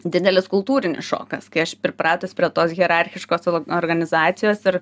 didelis kultūrinis šokas kai aš pripratus prie tos hierarchiškos organizacijos ir